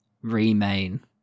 Remain